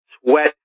sweat